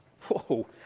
Whoa